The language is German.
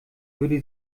würde